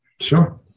sure